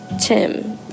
Tim